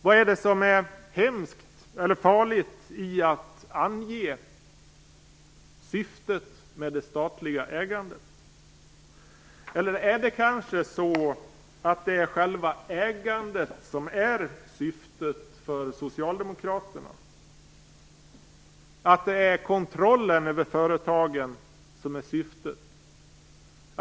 Vad är det som är så hemskt eller farligt i att ange syftet med det statliga ägandet? Eller är det kanske själva ägandet som är syftet för Socialdemokraterna. Är det kontrollen över företagen som är syftet?